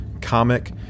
comic